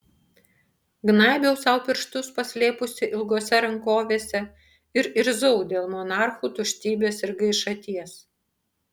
gnaibiau sau pirštus paslėpusi ilgose rankovėse ir irzau dėl monarchų tuštybės ir gaišaties